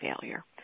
failure